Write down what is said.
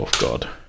god